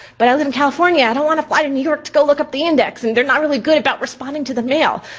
but i live in california, i don't wanna fly to new york to go look up the and and they're not really good about responding to the mail.